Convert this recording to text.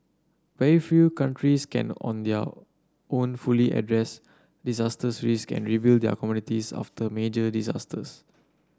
very few countries can on their own fully address disaster risks and rebuild their communities after major disasters